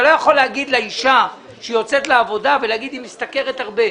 אתה לא יכול לומר לאישה שיוצאת לעבודה שהיא משתכרת הרבה.